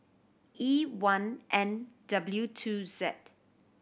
E one N W two Z